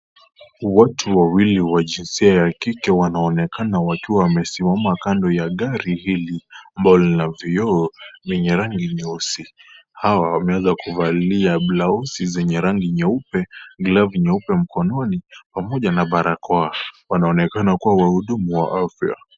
Watu wawili wa jinsia ya kike wanaonekana wakiwa wamesimama kando ya gari hili, ambao lina vioo na zenye rangi nyeusi. Watu hao wameweza kuvalia blausi zenye rangi nyeupe, glavu nyeupe mkononi pamoja na barakoa, wanaonekana kuwa wahudumu wa afya.